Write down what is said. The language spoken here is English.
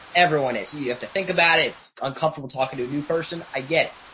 everyone is, you you have to think about, it's uncomfortable talking to a new person. i get,